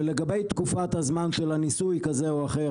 ולגבי תקופת הזמן של הניסוי כזה או אחר,